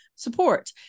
Support